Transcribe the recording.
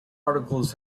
articles